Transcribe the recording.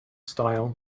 style